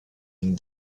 une